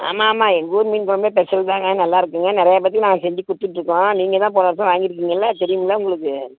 ஆமாம் ஆமாம் எங்கள் ஊர் மீன் கொழம்புனா ஸ்பெஷல் தான்ங்க நல்லாயிருக்குங்க நிறைய பேர்த்துக்கு நாங்கள் செஞ்சு கொடுத்துட்ருக்கோம் நீங்கள் தான் போன வருடம் வாங்கியிருக்கீங்கல்ல தெரியும்ல உங்களுக்கு